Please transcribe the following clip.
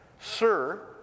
Sir